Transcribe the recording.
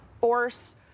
force